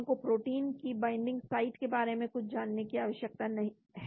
हमको प्रोटीन की binding site के बारे में कुछ जानने की आवश्यकता है